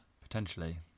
Potentially